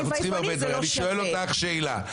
אנחנו צריכים, אני שואל אותך שאלה.